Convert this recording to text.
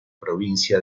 provincia